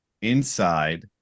inside